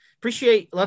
Appreciate